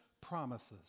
promises